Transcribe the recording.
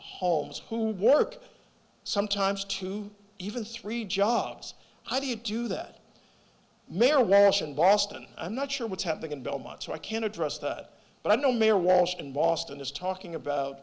homes who work sometimes two even three jobs how do you do that mayor ration bastien i'm not sure what's happening in belmont so i can address that but i know mayor walsh in boston is talking about